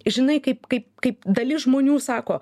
žinai kaip kaip kaip dalis žmonių sako